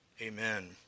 amen